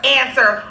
answer